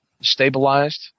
stabilized